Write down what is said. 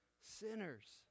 sinners